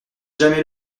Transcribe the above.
jamais